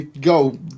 Go